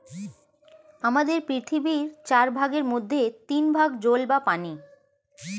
আমাদের পৃথিবীর চার ভাগের মধ্যে তিন ভাগ জল বা পানি